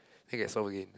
then it'll get soft again